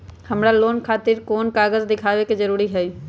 हमरा लोन खतिर कोन कागज दिखावे के जरूरी हई?